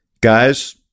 guys